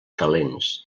calents